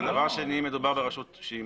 רגע, דבר שני, מדובר ברשות שהיא